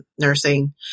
nursing